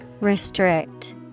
restrict